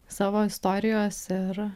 savo istorijos ir